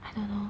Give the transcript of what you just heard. I don't know